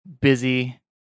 busy